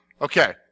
Okay